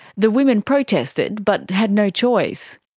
the women protested but had no choice.